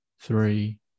three